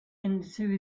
into